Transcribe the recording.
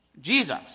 Jesus